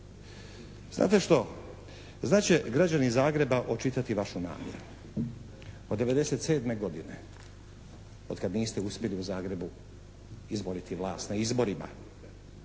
Znate što? Znat će građani Zagreba očitati vašu namjeru. Od '97. godine otkad niste uspjeli u Zagrebu izboriti vlast na izborima,